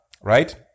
right